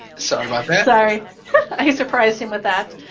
sorry about that. sorry. i surprised him with that.